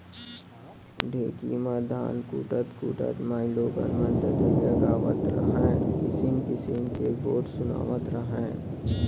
ढेंकी म धान कूटत कूटत माइलोगन मन ददरिया गावत रहयँ, किसिम किसिम के गोठ सुनातव रहयँ